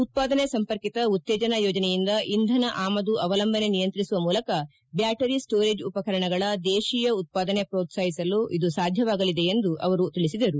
ಉತ್ಪಾದನೆ ಸಂಪರ್ಕಿತ ಉತ್ತೇಜನ ಯೋಜನೆಯಿಂದ ಇಂಧನ ಆಮದು ಅವಲಂಬನೆ ನಿಯಂತ್ರಿಸುವ ಮೂಲಕ ಬ್ಲಾಟರಿ ಸ್ಲೋರೆಜ್ ಉಪಕರಣಗಳ ದೇಶೀಯ ಉತ್ತಾದನೆ ಮ್ರೋತ್ಸಾಹಿಸಲು ಸಾಧ್ಯವಾಗಲಿದೆ ಎಂದು ಅವರು ತಿಳಿಸಿದರು